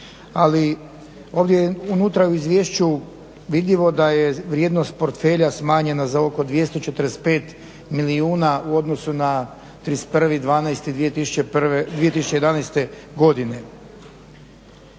ali ovdje je unutra u izvješću vidljivo da je vrijednost portfelja smanjena za oko 245 milijuna u odnosu na 31.12.2011.godine.